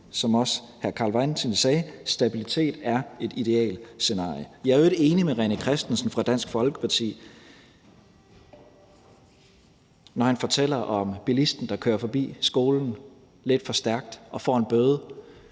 som også hr. Carl Valentin sagde: Stabilitet er et idealscenarie. Jeg er i øvrigt enig med hr. René Christensen fra Dansk Folkeparti, når han fortæller om bilisten, der kører lidt for stærkt forbi skolen og får en bøde,